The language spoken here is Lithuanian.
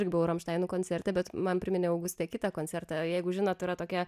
irgi buvau ramštainų koncerte bet man priminė augustė kitą koncertą jeigu žinot yra tokia